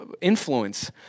influence